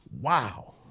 Wow